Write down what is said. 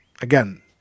Again